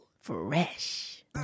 Fresh